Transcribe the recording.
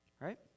Right